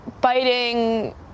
biting